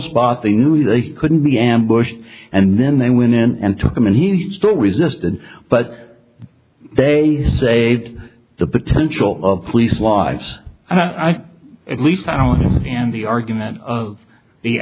spot they knew they couldn't be ambushed and then they went and took him and he still resisted but they saved the potential of police lives i think at least i don't and the argument of the